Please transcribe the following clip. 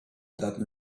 that